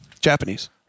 japanese